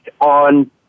on